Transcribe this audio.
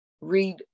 read